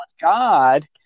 God